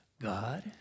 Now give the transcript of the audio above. God